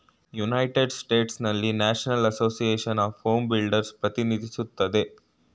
united ಸ್ಟೇಟ್ಸ್ನಲ್ಲಿ national association of home builders ಪ್ರತಿನಿಧಿಸುತ್ತದೆ